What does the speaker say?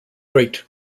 great